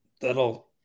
that'll